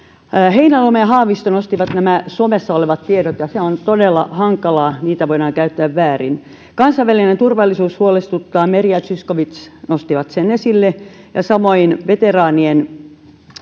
heinäluoma ja haavisto nostivat esiin somessa olevat tiedot ja se on todella hankalaa että niitä voidaan käyttää väärin kansainvälinen turvallisuus huolestuttaa meri ja zyskowicz nostivat sen esille ja samoin veteraanien